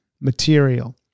material